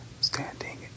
standing